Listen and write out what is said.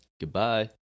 Goodbye